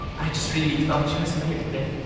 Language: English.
i just really thought she was